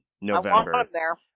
November